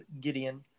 Gideon